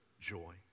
joy